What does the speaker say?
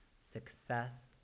success